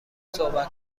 صحبت